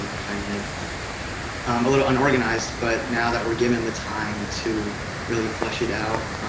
um but kind and of a little unorganized. but now that we're given the time to really flesh it out,